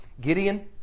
Gideon